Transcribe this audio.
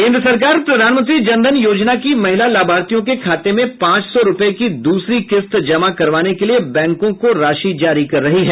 केन्द्र सरकार प्रधानमंत्री जनधन योजना की महिला लाभार्थियों के खाते में पांच सौ रुपये की दूसरी किस्त जमा करवाने के लिए बैंकों को राशि जारी कर रही है